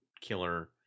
killer